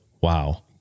wow